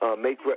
make